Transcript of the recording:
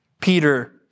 Peter